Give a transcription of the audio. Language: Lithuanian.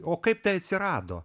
o kaip tai atsirado